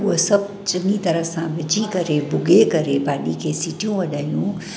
हूअ सभु चङी तरह सां विझी करे भुॻे करे भाॼी खे सिटियूं वजायूं